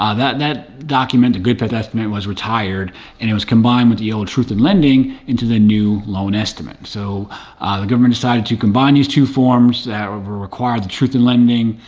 ah that that document, the good faith estimate was retired and it was combined with the old truth-in-lending into the new loan estimate. so the government decided to combine these two forms that were required, the truth-in-lending,